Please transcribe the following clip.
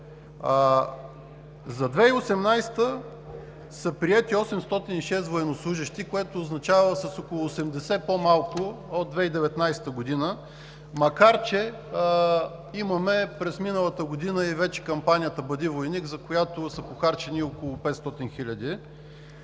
За 2018 г. са приети 806 военнослужещи, което означава с около 80 по-малко от 2019 г., макар че през миналата година имаме и кампанията „Бъди войник“, за която са похарчени около 500 хиляди.